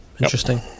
Interesting